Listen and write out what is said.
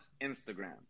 Instagram